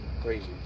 Crazy